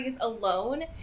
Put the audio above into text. alone